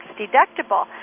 deductible